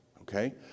Okay